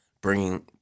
bringing